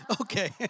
Okay